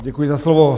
Děkuji za slovo.